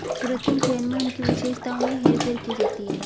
कृत्रिम चयन में उनकी विशेषताओं में हेरफेर की जाती है